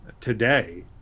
today